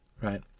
Right